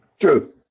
true